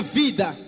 vida